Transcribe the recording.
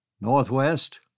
Northwest